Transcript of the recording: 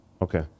Okay